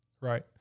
Right